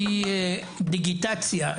היא דיגיטציה.